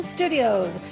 Studios